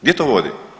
Gdje to vodi?